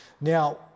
Now